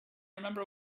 remember